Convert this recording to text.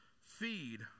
feed